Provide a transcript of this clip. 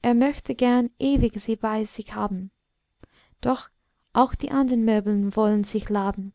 er möchte gern ewig sie bei sich haben doch auch die andern möbel wollen sich laben